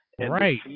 Right